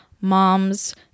moms